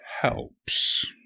helps